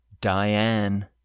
Diane